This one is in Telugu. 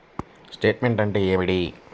స్టేట్మెంట్ అంటే ఏమిటి?